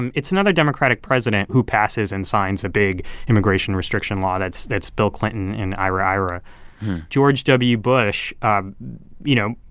and it's another democratic president who passes and signs a big immigration restriction law. that's that's bill clinton and iirira. george w. bush you know,